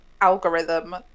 algorithm